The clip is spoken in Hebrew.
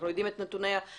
אנחנו יודעים את נתוני הסכרת,